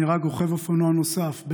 נהרג רוכב אופנוע נוסף,